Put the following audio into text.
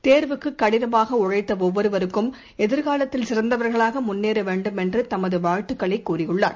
தேர்வுக்குகடினமாகஉழைத்தஒவ்வொருவரும் எதிர்காலத்தில் சிறந்தவர்களாகமுன்னேறவேண்டும் என்றுதமதுவாழ்த்துக்களைதெரிவித்துள்ளார்